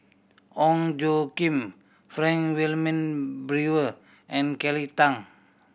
Ong Tjoe Kim Frank Wilmin Brewer and Kelly Tang